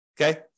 okay